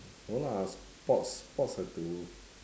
no lah sports sports have to